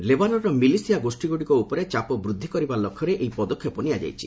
ଲେବାନନ୍ର militia ଗୋଷୀଗୁଡ଼ିକ ଉପରେ ଚାପ ବୃଦ୍ଧି କରିବା ଲକ୍ଷ୍ୟରେ ଏହି ପଦକ୍ଷେପ ନିଆଯାଇଛି